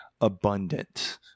abundant